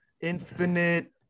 infinite